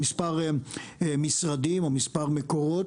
ממספר משרדים או ממספר מקורות.